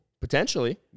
Potentially